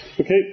Okay